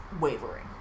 wavering